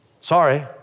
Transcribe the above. Sorry